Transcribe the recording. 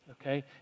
okay